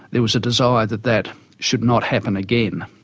there was a desire that that should not happen again.